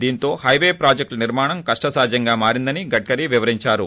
దీంతో హైవే ప్రాజెక్టుల నిర్మాణం కష్టసాధ్యంగా మారిందని గడ్కరి వివరించారు